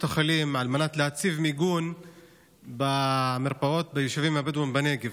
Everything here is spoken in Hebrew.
החולים על מנת להציב מיגון במרפאות ביישובים הבדואיים בנגב,